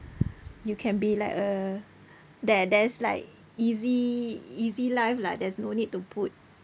you can be like a there there's like easy easy life lah there's no need to put